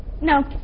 no